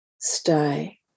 stay